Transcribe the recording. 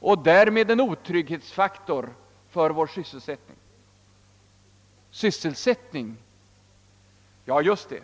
och därmed en otrygghetsfaktor för vår sysselsättning. Sysselsättning! Ja, just det.